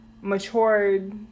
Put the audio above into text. matured